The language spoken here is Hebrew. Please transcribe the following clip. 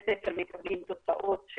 בתי הספר מקבלים תוצאות,